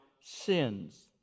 sins